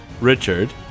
richard